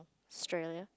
Australia